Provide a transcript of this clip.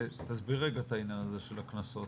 תסביר רגע את העניין הזה של הקנסות.